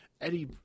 Eddie